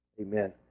Amen